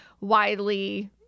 widely